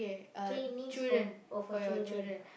three names for oh for children